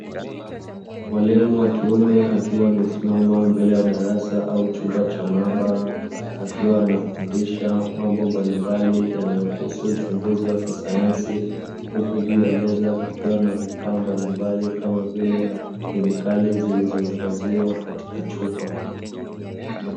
Mwalimu wa kiume akiwa amesimama mbele ya chumba cha darasa au maabara akiwa anafundisha mambo mbalimbali yanayohusu uchunguzi wa kisayansi, huku juu ya meza kukiwa na vifaa mbalimbali kama vile kemikali zilizohifadhiwa kwenye chupa.